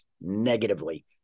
negatively